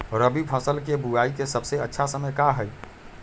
रबी फसल के बुआई के सबसे अच्छा समय का हई?